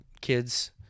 kids